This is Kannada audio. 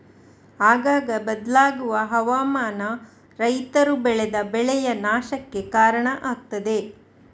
ಆಗಾಗ ಬದಲಾಗುವ ಹವಾಮಾನ ರೈತರು ಬೆಳೆದ ಬೆಳೆಯ ನಾಶಕ್ಕೆ ಕಾರಣ ಆಗ್ತದೆ